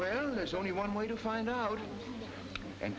where there's only one way to find out and